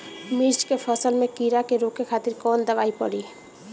मिर्च के फसल में कीड़ा के रोके खातिर कौन दवाई पड़ी?